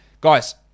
Guys